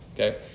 Okay